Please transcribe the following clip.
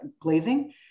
glazing